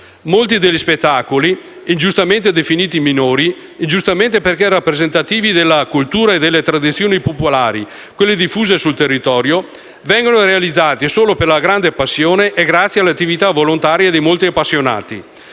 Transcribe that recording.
Molti degli spettacoli ingiustamente definiti minori - ingiustamente perché rappresentativi della cultura e delle tradizioni popolari, quelle diffuse sul territorio - vengono realizzati solo per la grande passione e grazie all'attività volontaria di molti appassionati: